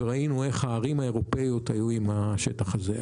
וראינו איך הערים האירופאיות היו עם השטח הזה.